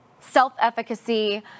Self-efficacy